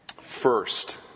first